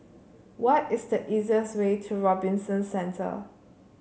why is the easiest way to Robinson Centre